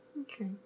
Okay